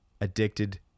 addicted